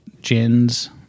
gins